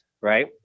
right